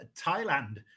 Thailand